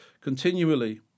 continually